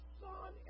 son